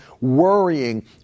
worrying